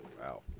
Wow